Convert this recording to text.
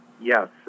Yes